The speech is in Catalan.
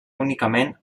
únicament